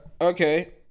okay